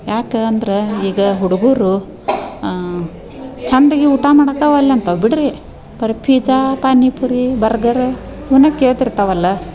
ಯಾಕೆ ಅಂದ್ರೆ ಈಗ ಹುಡ್ಗರು ಚೆಂದಾಗಿ ಊಟ ಮಾಡಕ್ಕೆ ಒಲ್ಲೆ ಅಂತವೆ ಬಿಡಿರಿ ಬರೀ ಪೀಜಾ ಪಾನಿಪೂರಿ ಬರ್ಗರ ಇವನ್ನೆ ಕೇಳ್ತಿರ್ತಾವಲ್ವ